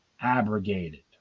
abrogated